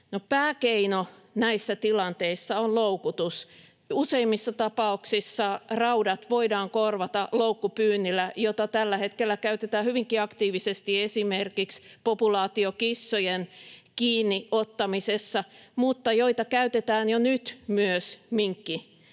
pääkeino näissä tilanteissa on loukutus. Useimmissa tapauksissa raudat voidaan korvata loukkupyynnillä, jota tällä hetkellä käytetään hyvinkin aktiivisesti esimerkiksi populaatiokissojen kiinniottamisessa mutta jota käytetään jo nyt myös minkkien